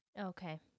Okay